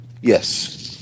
Yes